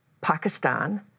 Pakistan